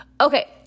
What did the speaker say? Okay